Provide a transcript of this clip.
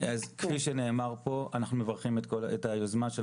כפי שנאמר פה אנחנו מברכים את היוזמה של